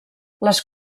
les